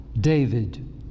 David